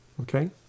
Okay